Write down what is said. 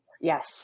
Yes